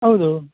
ಹೌದು